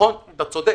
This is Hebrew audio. נכון, אתה צודק.